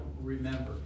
remember